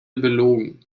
belogen